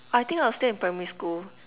I think I was still in primary school